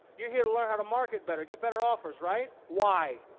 you're here to learn how to market better, get better offers right? why?